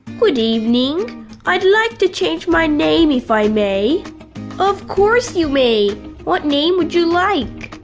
good evening i'd like to change my name, if i may of course you may what name would you like?